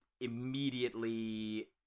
immediately